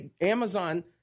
Amazon